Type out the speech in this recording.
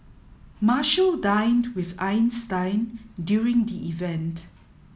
Marshall dined with Einstein during the event